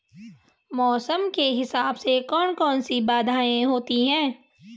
मौसम के हिसाब से कौन कौन सी बाधाएं होती हैं?